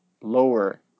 lower